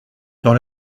dans